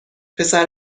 پسر